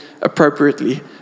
appropriately